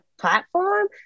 platform